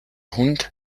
hund